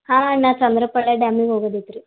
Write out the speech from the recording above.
ಹಾಂ ಅಣ್ಣ ಚಂದ್ರಪಾಳ್ಯ ಡ್ಯಾಮಿಗೆ ಹೋಗೋದಿತ್ತು ರೀ